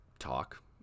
talk